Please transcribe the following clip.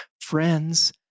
friends